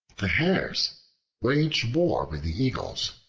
the hares waged war with the eagles,